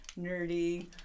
nerdy